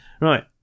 Right